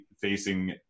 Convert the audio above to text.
facing